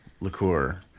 liqueur